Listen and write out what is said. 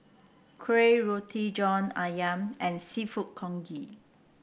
Kuih Roti John ayam and seafood Congee